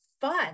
fun